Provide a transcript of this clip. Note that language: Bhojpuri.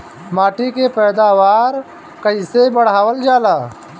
माटी के पैदावार कईसे बढ़ावल जाला?